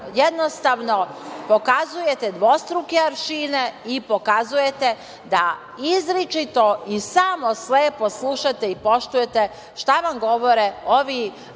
mora. Jednostavno, pokazujete dvostruke aršine i pokazujete da izričito i samo slepo slušate i poštujete šta vam govore ovi